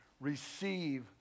receive